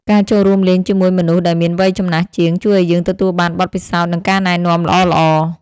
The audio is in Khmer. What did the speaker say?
ការចូលរួមលេងជាមួយមនុស្សដែលមានវ័យចំណាស់ជាង ជួយឱ្យយើងទទួលបានបទពិសោធន៍ និងការណែនាំល្អៗ។